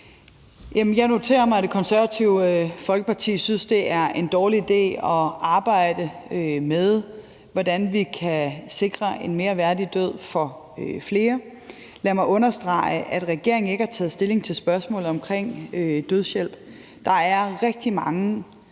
Jeg noterer mig, at Det Konservative Folkeparti synes, det er en dårlig idé at arbejde med, hvordan vi kan sikre en mere værdig død for flere. Lad mig understrege, at regeringen ikke har taget stilling til spørgsmålet om dødshjælp. Der er rigtig mange